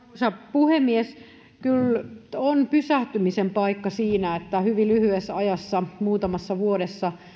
puhemies kyllä on pysähtymisen paikka siinä että hyvin lyhyessä ajassa muutamassa vuodessa